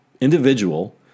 individual